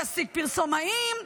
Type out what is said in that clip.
ישיג פרסומאים,